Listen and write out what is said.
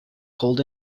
called